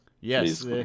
Yes